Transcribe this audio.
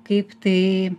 kaip tai